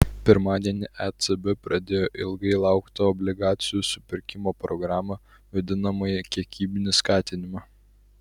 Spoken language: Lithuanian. pirmadienį ecb pradėjo ilgai lauktą obligacijų supirkimo programą vadinamąjį kiekybinį skatinimą